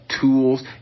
Tools